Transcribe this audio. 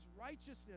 righteousness